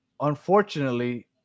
unfortunately